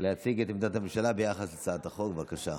תציג את עמדת הממשלה ביחס להצעת החוק, בבקשה.